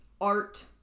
art